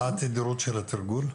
מה תדירות התרגול?